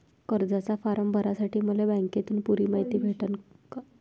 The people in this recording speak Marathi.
कर्जाचा फारम भरासाठी मले बँकेतून पुरी मायती भेटन का?